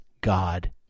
God